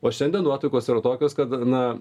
o šiandien nuotaikos yra tokios kad na